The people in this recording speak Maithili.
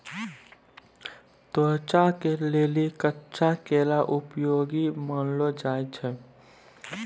त्वचा के लेली कच्चा केला उपयोगी मानलो जाय छै